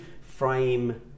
frame